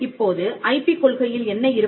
இப்போது ஐபி கொள்கையில் என்ன இருக்கும்